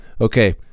Okay